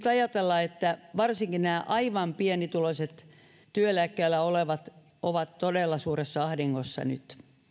ajatella että varsinkin nämä aivan pienituloiset työeläkkeellä olevat ovat todella suuressa ahdingossa nyt